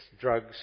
drugs